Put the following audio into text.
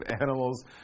animals